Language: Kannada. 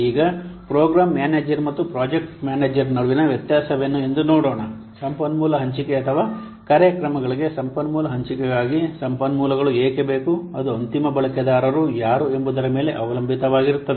ಈಗ ಪ್ರೋಗ್ರಾಂ ಮ್ಯಾನೇಜರ್ ಮತ್ತು ಪ್ರಾಜೆಕ್ಟ್ ಮ್ಯಾನೇಜರ್ ನಡುವಿನ ವ್ಯತ್ಯಾಸವೇನು ಎಂದು ನೋಡೋಣ ಸಂಪನ್ಮೂಲ ಹಂಚಿಕೆ ಅಥವಾ ಕಾರ್ಯಕ್ರಮಗಳಿಗೆ ಸಂಪನ್ಮೂಲ ಹಂಚಿಕೆಗಾಗಿ ಸಂಪನ್ಮೂಲಗಳು ಏಕೆ ಬೇಕು ಅದು ಅಂತಿಮ ಬಳಕೆದಾರರು ಯಾರು ಎಂಬುದರ ಮೇಲೆ ಅವಲಂಬಿತವಾಗಿರುತ್ತದೆ